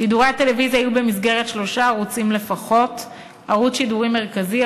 שידורי הטלוויזיה יהיו במסגרת שלושה ערוצים לפחות: ערוץ שידורים מרכזי,